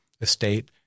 estate